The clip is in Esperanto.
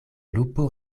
lupo